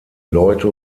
leute